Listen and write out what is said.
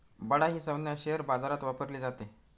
बडा ही संज्ञा शेअर बाजारात वापरली जाते